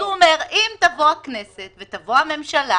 אז הוא אומר שאם תבוא הכנסת ותבוא הממשלה